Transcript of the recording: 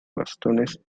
bastones